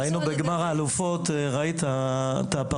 ראינו בגמר האליפות את אלו שהגיעו